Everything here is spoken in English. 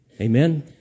Amen